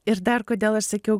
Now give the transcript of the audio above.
ir dar kodėl aš sakiau